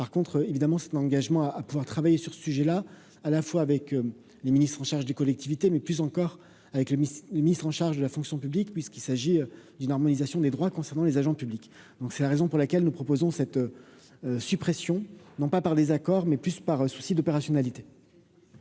par contre évidemment cet engagement à pouvoir travailler sur ce sujet-là, à la fois avec les ministres en charge des collectivités, mais plus encore avec les le ministre en charge de la fonction publique, puisqu'il s'agit d'une harmonisation des droits concernant les agents publics, donc c'est la raison pour laquelle nous proposons cette suppression, non pas par désaccord mais plus par souci d'opérationnalité.